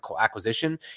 acquisition